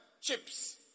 chips